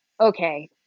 Okay